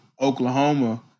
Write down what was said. Oklahoma